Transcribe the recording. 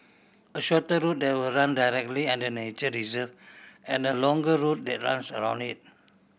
a shorter route that will run directly under the nature reserve and a longer route that runs around it